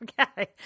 Okay